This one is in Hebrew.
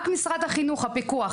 רק משרד החינוך, הפיקוח.